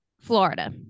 Florida